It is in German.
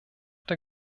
der